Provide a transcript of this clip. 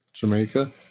Jamaica